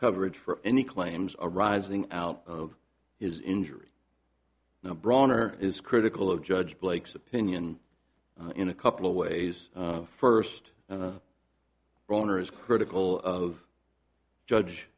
coverage for any claims arising out of his injury now brawner is critical of judge blake's opinion in a couple of ways first the owner is critical of judge